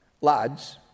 Lads